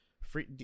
Free